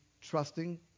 trusting